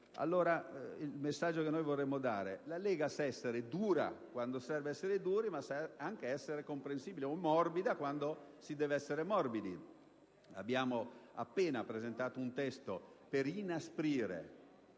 Il messaggio che vorremmo dare è che la Lega sa essere dura quando serve essere duri, ma sa anche essere comprensiva o morbida quando si deve essere tali. Abbiamo appena presentato un testo per inasprire